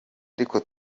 ariko